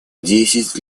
десять